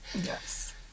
Yes